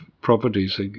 properties